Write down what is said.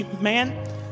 man